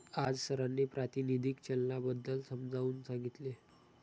आज सरांनी प्रातिनिधिक चलनाबद्दल समजावून सांगितले